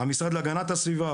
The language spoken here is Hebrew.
המשרד להגנת הסביבה,